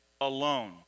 alone